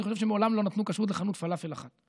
אני חושב שהם מעולם לא נתנו כשרות לחנות פלאפל אחת.